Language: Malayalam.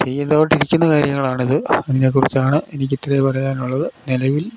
ചെയ്തോണ്ടിരിക്കുന്ന കാര്യങ്ങളാണിത് അതിനെക്കുറിച്ചാണ് എനിക്കിത്രേ പറയാനുള്ളത് നിലവിൽ